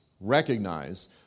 recognize